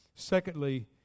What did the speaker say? Secondly